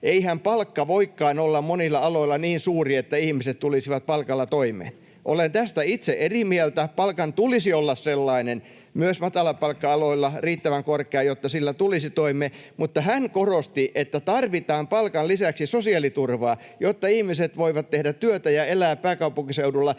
eihän palkka voikaan olla monilla aloilla niin suuri, että ihmiset tulisivat palkalla toimeen. Olen tästä itse eri mieltä: palkan tulisi olla sellainen, myös matalapalkka-aloilla riittävän korkea, jotta sillä tulisi toimeen. Mutta hän korosti, että tarvitaan palkan lisäksi sosiaaliturvaa, jotta ihmiset voivat tehdä työtä ja elää pääkaupunkiseudulla,